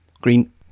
Green